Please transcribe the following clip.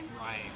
right